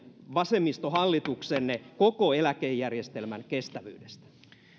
vasemmistohallituksenne koko eläkejärjestelmän kestävyydestä